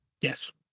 Yes